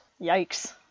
Yikes